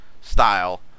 style